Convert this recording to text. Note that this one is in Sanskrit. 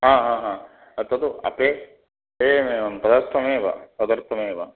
आ हा हा तद् अपे एवमेवं तदर्थमेव तदर्थमेव